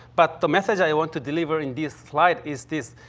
but the message i want to deliver in this slide is this.